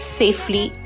safely